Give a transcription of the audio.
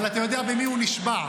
אבל אתה יודע במי הוא נשבע?